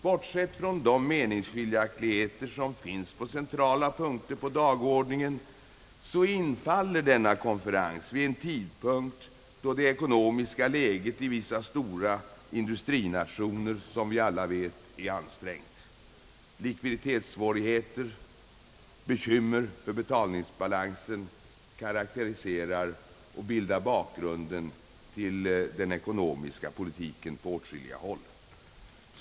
Bortsett från meningsskiljaktigheterna när det gäller centrala punkter på dagordningen infaller denna konferens vid en tidpunkt, då det ekonomiska läget i vissa stora industrinationer som bekant är ansträngt. Likviditetssvårigheter, bekymmer för betalningsbalansen karakteriserar och bildar bakgrunden till den ekonomiska politiken på åtskilliga håll.